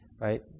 right